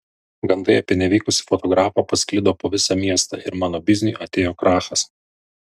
gandai apie nevykusį fotografą pasklido po visą miestą ir mano bizniui atėjo krachas